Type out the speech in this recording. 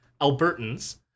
Albertans